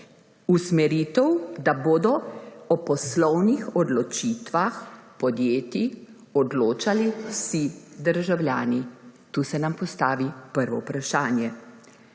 usmeritev, da bodo o poslovnih odločitvah podjetij odločali vsi državljani. Tukaj se nam postavi prvo vprašanje.